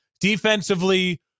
defensively